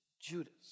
Judas